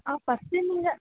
ஆ first நீங்கள்